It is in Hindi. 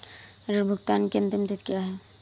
ऋण भुगतान की अंतिम तिथि क्या है?